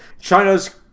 China's